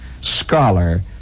scholar